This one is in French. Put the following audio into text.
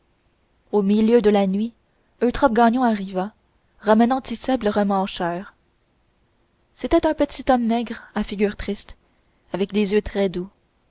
au milieu de la nuit eutrope gagnon arriva ramenant tit'sèbe le remmancheur c'était un petit homme maigre à figure triste avec des yeux très doux